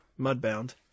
Mudbound